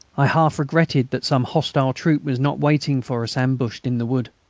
i half regretted that some hostile troop was not waiting for us ambushed in the wood.